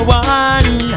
one